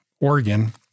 Oregon